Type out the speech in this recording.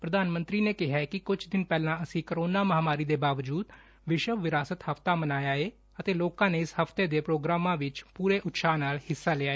ਪੁਧਾਨ ਮੰਤਰੀ ਨੇ ਕਿਹਾ ਕਿ ਕੁਝ ਦਿਨ ਪਹਿਲਾਂ ਅਸੀਂ ਕੋਰੋਨਾ ਮਹਾਮਾਰੀ ਦੇ ਬਾਵਜੁਦ ਵਿਸ਼ਵ ਵਿਰਾਸਤ ਹਫ਼ਤਾ ਮਨਾਇਆ ਏ ਅਤੇ ਲੋਕਾ ਨੇ ਇਸ ਹਫ਼ਤੇ ਦੇ ਪ੍ਰੋਗਰਾਮਾਂ ਵਿਚ ਪੁਰੇ ਉਤਸ਼ਾਹ ਨਾਲ ਹਿੱਸਾ ਲਿਆ